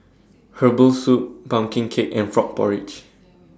Herbal Soup Pumpkin Cake and Frog Porridge